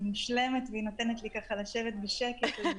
היא מושלמת ונותנת לי לשבת בשקט.